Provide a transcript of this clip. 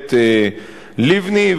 הגברת לבני.